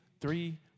three